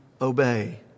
obey